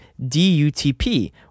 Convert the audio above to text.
DUTP